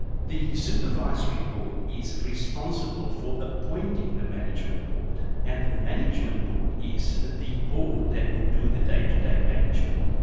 the supervisory board is responsible for appointing the management board and the management board is the board that would do the day-to-day management.